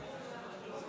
תגיד